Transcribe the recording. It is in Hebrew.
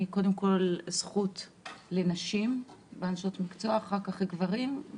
קודם כול נשים, נשות מקצוע, ואחר כך גברים.